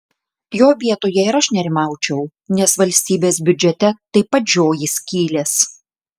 jo vietoje ir aš nerimaučiau nes valstybės biudžete taip pat žioji skylės